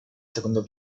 secondo